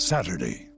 Saturday